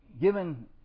given